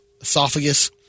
esophagus